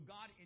God